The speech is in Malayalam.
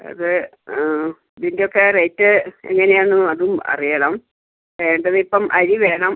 അത് ഇതിൻ്റെ ഒക്കെ റേറ്റ് എങ്ങനെയാണ് അതും അറിയണം വേണ്ടത് ഇപ്പോൾ അരി വേണം